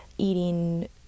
eating